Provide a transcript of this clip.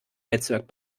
netzwerk